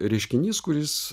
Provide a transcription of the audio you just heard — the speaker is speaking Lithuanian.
reiškinys kuris